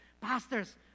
Pastors